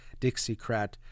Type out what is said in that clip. Dixiecrat